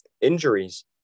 injuries